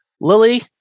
Lily